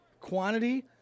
Quantity